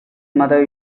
mother